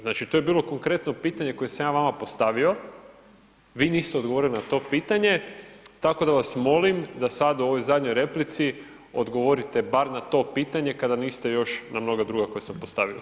Znači to je bilo konkretno pitanje koje sam ja vama postavio, vi niste odgovorili na to pitanje, tako da vas molim da sad u ovoj zadnjoj replici odgovorite bar na to pitanje kada niste još na mnoga druga koja sam vam postavio, hvala.